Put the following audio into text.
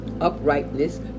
uprightness